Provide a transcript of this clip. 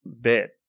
bit